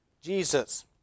Jesus